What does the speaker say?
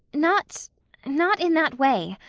not not in that way.